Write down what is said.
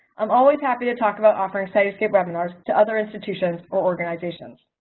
i'm always happy to talk about offering cytoscape webinars to other institutions or organizations.